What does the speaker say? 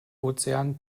ozean